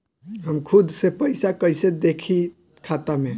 हम खुद से पइसा कईसे देखी खाता में?